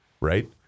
right